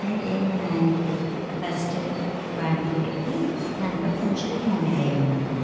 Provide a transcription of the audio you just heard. అయితే నేను ఆయనకి ఫస్ట్ బాండి పెట్టి దానిలో కొంచెం నూనె వేయమన్నాను